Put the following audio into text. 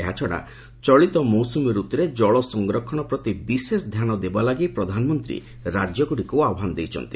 ଏହାଛଡ଼ା ଚଳିତ ମୌସ୍ମୀ ଋତୁରେ ଜଳସଂରକ୍ଷଣ ପ୍ରତି ବିଶେଷ ଧ୍ଧାନ ଦେବା ଲାଗି ପ୍ରଧାନମନ୍ତୀ ରାଜ୍ୟଗୁଡ଼ିକୁ ଆହ୍ବାନ ଦେଇଛନ୍ତି